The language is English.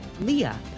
leah